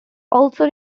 also